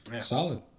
Solid